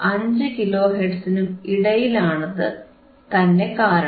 5 kilo ഹെർട്സിനും ഇടയിലാണെന്നതു തന്നെ കാരണം